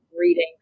reading